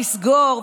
לסגור,